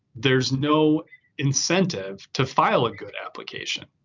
there's no incentive to file a good application.